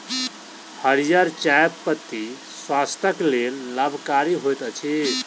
हरीयर चाह पत्ती स्वास्थ्यक लेल लाभकारी होइत अछि